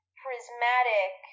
prismatic